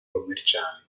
commerciali